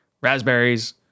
raspberries